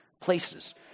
places